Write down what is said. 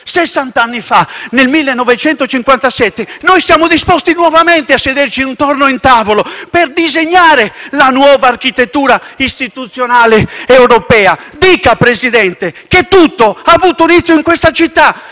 sessant'anni fa, nel 1957, noi siamo disposti nuovamente a sederci intorno ad un tavolo per disegnare la nuova architettura istituzionale europea. Dica, Presidente, che tutto ha avuto inizio in questa città